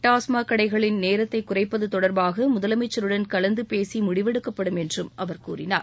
டாஸ்மாக் கடைகளின் நேரத்தை குறைப்பது தொடர்பாக முதலமைச்சருடன் கலந்து பேசி முடிவெடுக்கப்படும் என்று அவர் கூறினார்